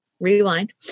Rewind